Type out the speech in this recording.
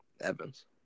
Evans